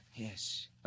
Yes